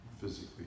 physically